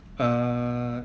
uh